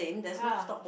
ya